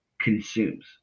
consumes